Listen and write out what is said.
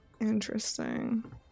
interesting